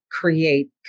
create